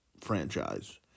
franchise